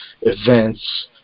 events